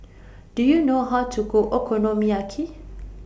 Do YOU know How to Cook Okonomiyaki